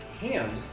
hand